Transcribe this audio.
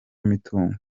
imitungo